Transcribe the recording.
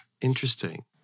Interesting